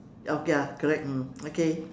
ya okay lah correct mm okay